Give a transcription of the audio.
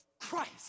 Christ